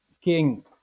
king